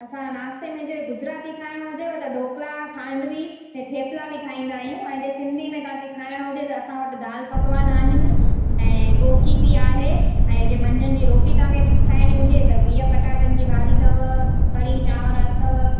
असां नास्ते में जे गुजराती खाइणो हुजेव त ढोकला खांडवी ऐं थेपला बि ठाहींदा आहियूं ऐं जे सिंधी में तव्हांखे खाइणो हुजे त असां वटि दाल पकवान आहिनि ऐं कोकी बि आहे ऐं जे मंझंदि जी रोटी तव्हांखे खाइणी हुजे त बिह पटाटनि जी भाॼी अथव कढ़ी चांवर अथव